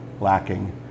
lacking